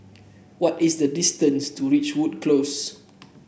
what is the distance to Ridgewood Close